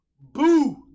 Boo